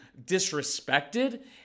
disrespected